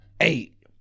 Eight